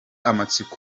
amatsiko